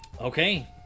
Okay